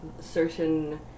certain